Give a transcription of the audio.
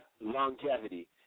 longevity